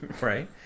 Right